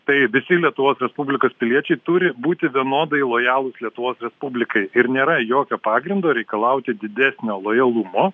tai visi lietuvos respublikos piliečiai turi būti vienodai lojalūs lietuvos respublikai ir nėra jokio pagrindo reikalauti didesnio lojalumo